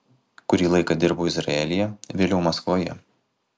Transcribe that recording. kurį laiką dirbau izraelyje vėliau maskvoje